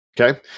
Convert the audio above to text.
Okay